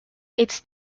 its